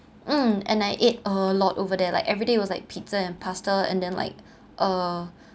mm and I ate a lot over there like everyday was like pizza and pasta and then like uh